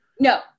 No